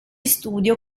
studio